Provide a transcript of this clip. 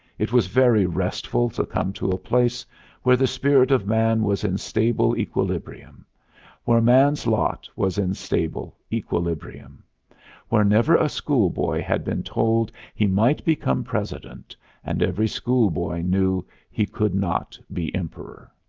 it was very restful to come to a place where the spirit of man was in stable equilibrium where man's lot was in stable equilibrium where never a schoolboy had been told he might become president and every schoolboy knew he could not be emperor.